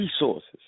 resources